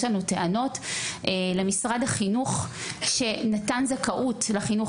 יש לנו טענות למשרד החינוך שנתן זכאות לחינוך